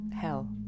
hell